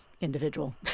individual